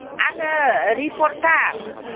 आङो रिपर्टार